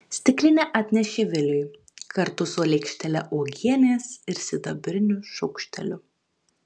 stiklinę atnešė viliui kartu su lėkštele uogienės ir sidabriniu šaukšteliu